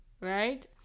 Right